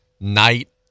night